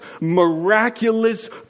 miraculous